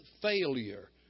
failure